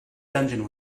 dungeon